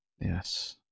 Yes